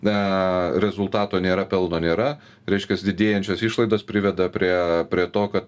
ne rezultato nėra pelno nėra reiškias didėjančios išlaidos priveda prie prie to kad